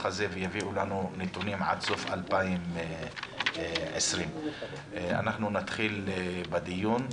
הזה ויביא לנו נתונים עד סוף 2020. אנחנו נתחיל בדיון.